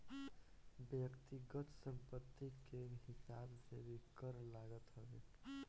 व्यक्तिगत संपत्ति के हिसाब से भी कर लागत हवे